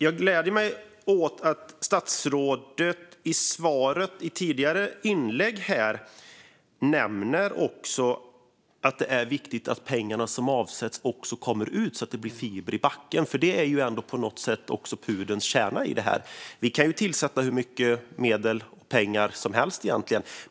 Jag gläder mig åt att statsrådet i svaret nämner att det är viktigt att pengarna som avsätts också kommer ut så att det blir fiber i backen. Det är ändå på något sätt pudelns kärna i detta. Vi kan egentligen tillföra hur mycket medel - pengar - som helst.